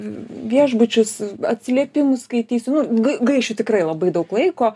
viešbučius atsiliepimus skaitysiu nu gai gaišiu tikrai labai daug laiko